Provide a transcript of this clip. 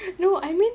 no I mean